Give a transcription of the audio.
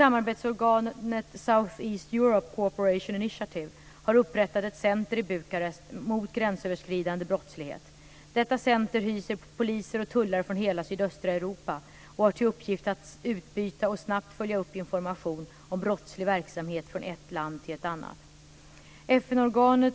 Initiative har upprättat ett center i Bukarest mot gränsöverskridande brottslighet. Detta center hyser poliser och tullare från hela sydöstra Europa och har till uppgift att utbyta och snabbt följa upp information om brottslig verksamhet från ett land till ett annat.